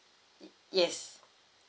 yes